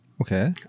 Okay